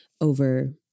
over